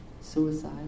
suicide